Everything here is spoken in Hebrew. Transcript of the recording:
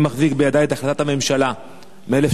אני מחזיק בידי את החלטת הממשלה מ-1982,